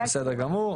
בסדר גמור.